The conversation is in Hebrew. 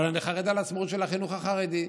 אבל אני חרד לעצמאות של החינוך החרדי,